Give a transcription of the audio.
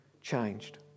changed